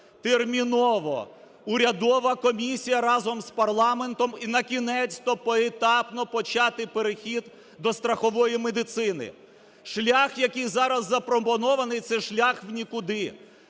терміново урядова комісія разом з парламентом і, накінець-то, поетапно почати перехід до страхової медицини. Шлях, який зараз запропонований, це шлях в нікуди.